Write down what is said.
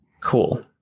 Cool